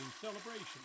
celebration